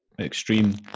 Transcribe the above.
extreme